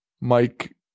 Mike